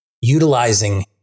utilizing